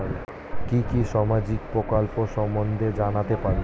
কি কি সামাজিক প্রকল্প সম্বন্ধে জানাতে পারি?